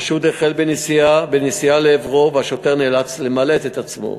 החשוד החל בנסיעה לעברו והשוטר נאלץ למלט את עצמו.